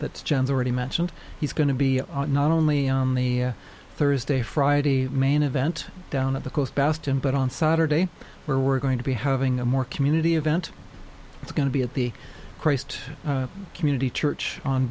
john's already mentioned he's going to be not only on the thursday friday main event down at the coast bastien but on saturday where we're going to be having a more community event it's going to be at the christ community church on